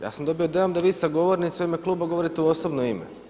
Ja sam dobio dojam da vi sa govornice u ime kluba govorite u osobno ime.